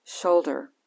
shoulder